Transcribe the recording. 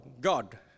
God